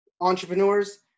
entrepreneurs